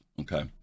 Okay